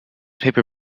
paper